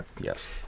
Yes